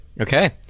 Okay